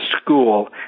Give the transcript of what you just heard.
school